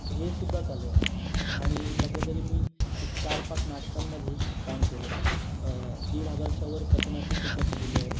हे सुद्धा चालू आहे आणि सध्यातरी मी एक चार पाच नाटकांमध्ये कामं केलं आहे दीड हजारच्यावर पथनाट्यसुद्धा केलेली आहेत